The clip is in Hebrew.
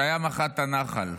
שהיה מח"ט הנח"ל,